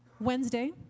Wednesday